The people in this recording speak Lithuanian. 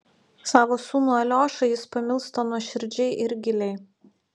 savo sūnų aliošą jis pamilsta nuoširdžiai ir giliai